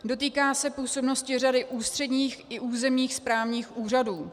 Dotýká se působnosti řady ústředních i územních správních úřadů.